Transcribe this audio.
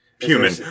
human